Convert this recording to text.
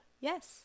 Yes